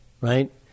right